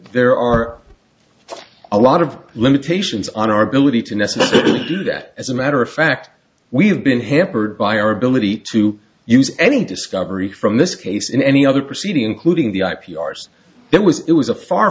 there are a lot of limitations on our ability to necessarily do that as a matter of fact we've been hampered by our ability to use any discovery from this case in any other proceeding including the i p r's it was it was a far